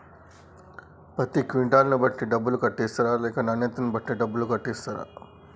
పత్తి క్వింటాల్ ను బట్టి డబ్బులు కట్టిస్తరా లేక నాణ్యతను బట్టి డబ్బులు కట్టిస్తారా?